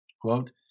Quote